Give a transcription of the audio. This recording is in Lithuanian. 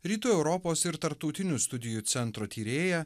rytų europos ir tarptautinių studijų centro tyrėja